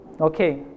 okay